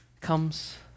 comes